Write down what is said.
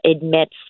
admits